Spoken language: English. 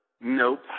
nope